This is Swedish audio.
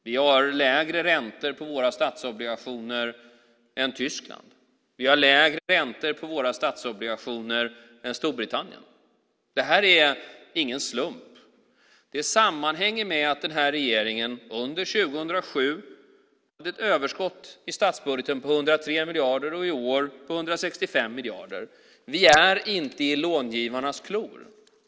Vi har lägre räntor på våra statsobligationer än Tyskland. Vi har lägre räntor på våra statsobligationer än Storbritannien. Det här är ingen slump. Det sammanhänger med att den här regeringen under 2007 hade ett överskott i statsbudgeten på 103 miljarder och i år på 165 miljarder. Vi är inte i långivarnas klor.